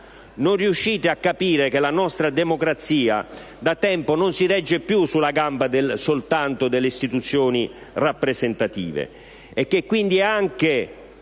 Non riuscite a capire che la nostra democrazia da tempo non si regge più soltanto sulla gamba delle istituzioni rappresentative